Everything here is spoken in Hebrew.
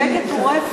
שקט הוא לא,